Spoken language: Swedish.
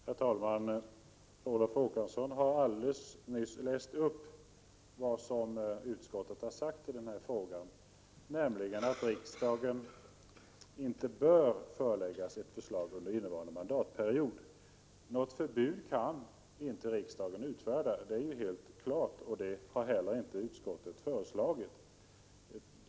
Herr talman! Per Olof Håkansson läste alldeles nyss upp vad utskottet har sagt i denna fråga, nämligen att riksdagen inte bör föreläggas ett förslag under innevarande mandatperiod. Något förbud kan inte riksdagen utfärda, det är helt klart, och det har inte heller utskottet föreslagit.